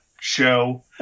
show